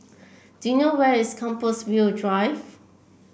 do you know where is Compassvale Drive